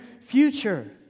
future